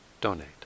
donate